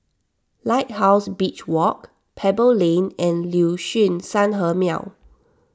Lighthouse Beach Walk Pebble Lane and Liuxun Sanhemiao